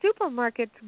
supermarkets